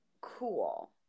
cool